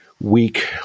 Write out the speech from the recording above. Weak